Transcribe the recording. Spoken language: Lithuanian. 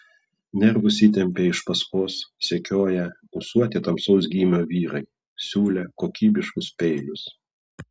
nervus įtempė iš paskos sekioję ūsuoti tamsaus gymio vyrai siūlę kokybiškus peilius